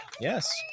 yes